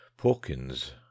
porkin's